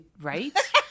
Right